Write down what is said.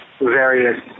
various